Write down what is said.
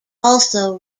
also